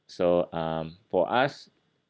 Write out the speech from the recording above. so um for us